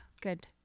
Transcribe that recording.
good